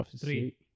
Three